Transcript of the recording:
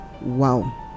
Wow